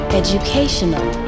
educational